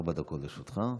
בבקשה, ארבע דקות לרשותך.